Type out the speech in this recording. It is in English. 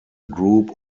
group